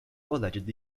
allegedly